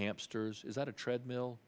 hamsters is that a treadmill